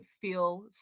feel